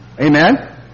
Amen